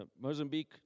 Mozambique